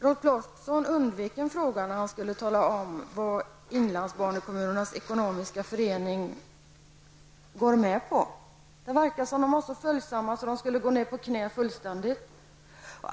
Rolf Clarkson undvek min fråga när han skulle tala om vad Inlandskommunerna Ekonomisk Förening går med på. Det verkar som om man skulle vara så följsam att man helt skulle gå ned på knä.